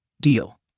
Deal